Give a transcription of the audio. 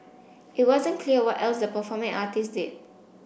it wasn't clear what else the performing artists did